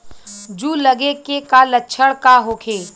जूं लगे के का लक्षण का होखे?